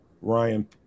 Ryan